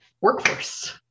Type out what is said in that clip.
workforce